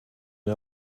neu